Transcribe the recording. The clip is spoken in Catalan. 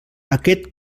aquest